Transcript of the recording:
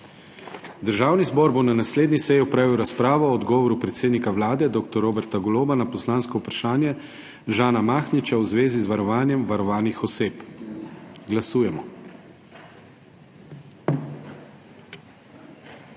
Državni zbor bo na naslednji seji opravil razpravo o odgovoru predsednika Vlade dr. Roberta Goloba na poslansko vprašanje Žana Mahniča v zvezi z varovanjem varovanih oseb. Glasujemo.